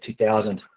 2000